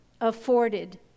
afforded